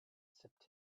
sipped